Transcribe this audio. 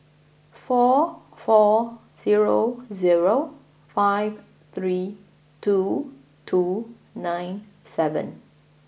four four zero zero five three two two nine seven